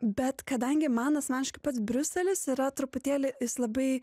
bet kadangi man asmeniškai pats briuselis yra truputėlį jis labai